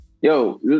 yo